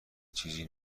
چیزی